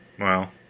well,